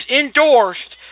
endorsed